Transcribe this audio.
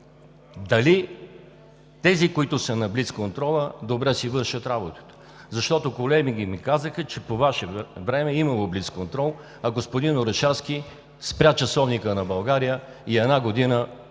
дали тези, които са на блицконтрола, добре си вършат работата? Колеги ми казаха, че по Ваше време е имало блицконтрол, а господин Орешарски спря часовника на България и една година